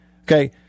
Okay